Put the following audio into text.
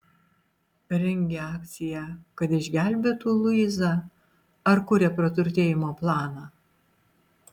rengia akciją kad išgelbėtų luizą ar kuria praturtėjimo planą